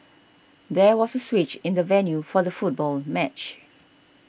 there was a switch in the venue for the football match